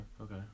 okay